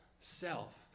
self